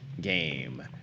game